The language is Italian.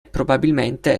probabilmente